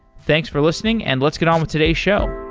thanks for listening, and let's get on with today's show.